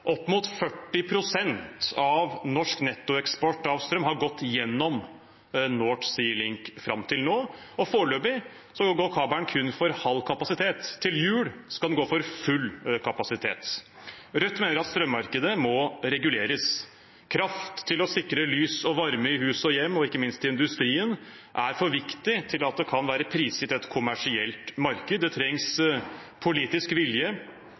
Opp mot 40 pst. av norsk nettoeksport av strøm har gått gjennom North Sea Link fram til nå, og foreløpig går kabelen kun for halv kapasitet – til jul skal den gå for full kapasitet. Rødt mener at strømmarkedet må reguleres. Kraft til å sikre lys og varme i hus og hjem og ikke minst i industrien er for viktig til at det kan være prisgitt et kommersielt marked. Det trengs politisk vilje